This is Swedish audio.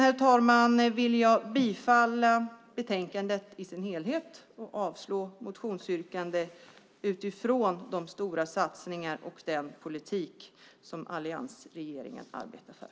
Slutligen yrkar jag bifall till förslaget i dess helhet i betänkandet och avslag på motionerna utifrån de stora satsningar och den politik som alliansregeringen arbetar för.